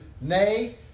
nay